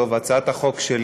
ההצעה קיבלה